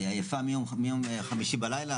היא עייפה מיום חמישי בלילה,